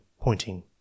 pointing